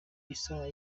isaha